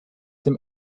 them